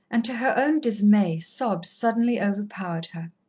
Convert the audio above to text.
and to her own dismay, sobs suddenly overpowered her.